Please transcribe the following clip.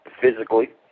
physically